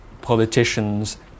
politicians